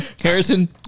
Harrison